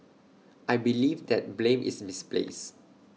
I believe that blame is misplaced